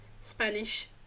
Spanish